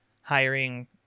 hiring